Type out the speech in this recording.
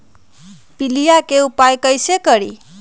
पीलिया के उपाय कई से करी?